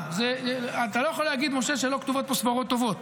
לא רוצה כוח הוראה מספיק מיומן.